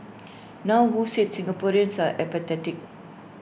now who said Singaporeans are apathetic